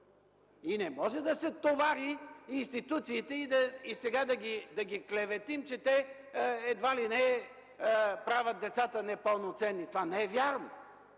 и не може да се товарят институциите и сега да ги клеветим, че те, едва ли не, правят децата непълноценни. Това не е вярно.